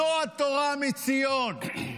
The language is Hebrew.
זו תורה מציון.